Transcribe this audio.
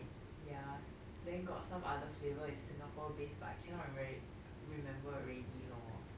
ya then got some other flavour is singapore based but I cannot remem~ remember already lor